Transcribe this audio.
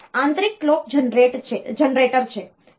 અને આંતરિક clock generator છે